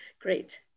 great